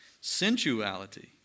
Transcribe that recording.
sensuality